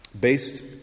Based